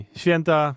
święta